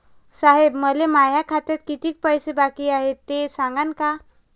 साहेब, मले माया खात्यात कितीक पैसे बाकी हाय, ते सांगान का?